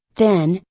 then,